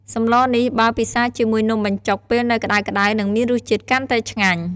សម្លនេះ បើពិសាជាមួយនំបញ្ចុកពេលនៅក្តៅៗនឹងមានរសជាតិកាន់តែឆ្ងាញ់